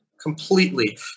completely